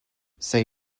say